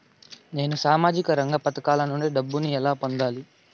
నేను సామాజిక రంగ పథకాల నుండి డబ్బుని ఎలా పొందాలి?